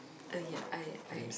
oh ya I I